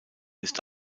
ist